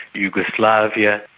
yugoslavia,